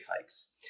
hikes